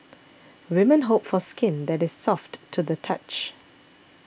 women hope for skin that is soft to the touch